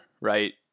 right